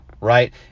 right